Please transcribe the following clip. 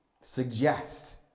suggest